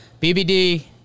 BBD